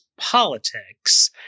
politics